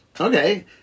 okay